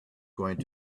going